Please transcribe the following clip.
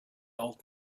old